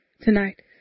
tonight